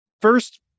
First